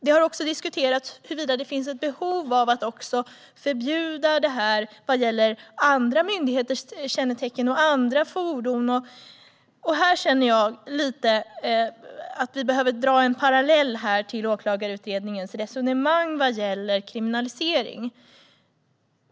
Det har också diskuterats huruvida det finns ett behov av att förbjuda användning av andra myndigheters kännetecken och på andra fordon. Här känner jag att vi behöver dra en parallell till Åklagarutredningens resonemang vad gäller kriminalisering.